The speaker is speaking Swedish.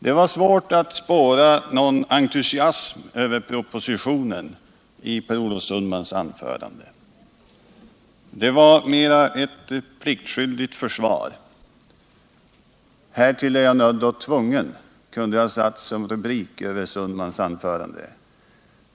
Det var svårt att spåra någon entusiasm över propositionen i Per Olof Sundmans anförande, som mera var ett pliktskyldigt försvar. ”Härtill är jag nödd och tvungen” kunde ha satts som rubrik över det.